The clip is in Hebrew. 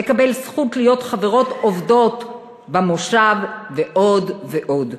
לקבל זכות להיות חברות עובדות במושב ועוד ועוד.